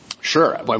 Sure